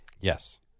Yes